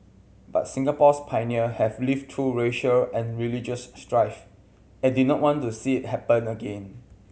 but Singapore's pioneer have lived through racial and religious strife and did not want to see it happen again